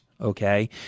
okay